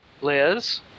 Liz